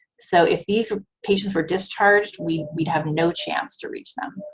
so, if these patients were discharged, we'd we'd have no chance to reach them.